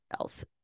else